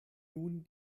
nun